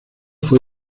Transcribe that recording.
fue